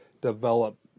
develop